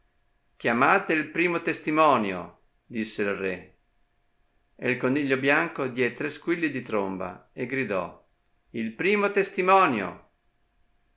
chiamate il primo testimonio disse il re e il coniglio bianco diè tre squilli di tromba e gridò il primo testimonio